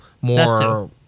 more